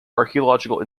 archaeological